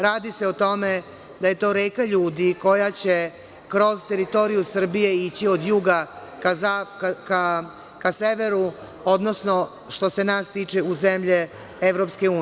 Radi se o tome da je reka ljudi koja će kroz teritoriju Srbije ići od juga ka severu, odnosno što se nas tiče u zemlje EU.